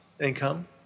income